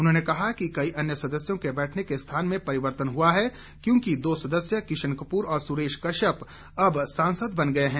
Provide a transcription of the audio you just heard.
उन्होंने कहा कि कई अन्य सदस्यों के बैठने के स्थान में परिवर्तन हुआ है क्योंकि दो सदस्य किशन कपूर और सुरेश कश्यप अब सांसद बन गए हैं